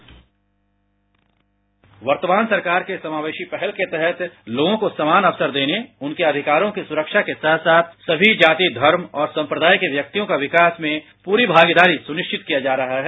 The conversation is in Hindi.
बाईट वर्तमान सरकार के समावेशी पहल के तहत लोगों को समान अवसर देने उनके अधिकारों की सुरक्षा के साथ साथ सभी जाति धर्म और संप्रदाय के व्यक्तियों का विकास में पूरी भागीदारी सुनिश्चित किया जा रहा है